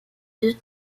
deux